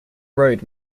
road